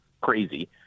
crazy